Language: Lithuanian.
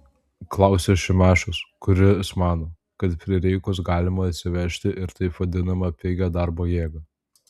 klausia šimašius kuris mano kad prireikus galima atsivežti ir taip vadinamą pigią darbo jėgą